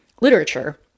literature